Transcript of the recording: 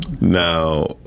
Now